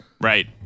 Right